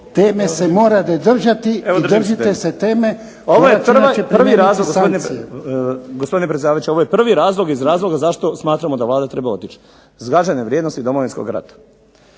Dinko (HDSSB)** Evo držim se teme. Ovo je prvi razlog gospodine predsjedavajući, ovo je prvi razlog iz razloga zašto smatramo da Vlada treba otići. Zgažene vrijednosti Domovinskog rata.